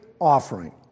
offering